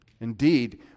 Indeed